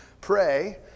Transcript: pray